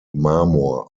marmor